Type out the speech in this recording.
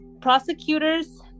prosecutors